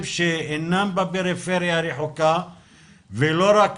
ישובים שאמנם אינם בפריפריה הרחוקה ולא אלה